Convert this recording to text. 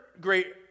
great